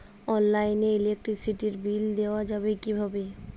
অনলাইনে ইলেকট্রিসিটির বিল দেওয়া যাবে কিভাবে?